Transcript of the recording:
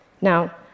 Now